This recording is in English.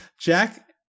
Jack